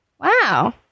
Wow